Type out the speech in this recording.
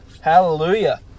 Hallelujah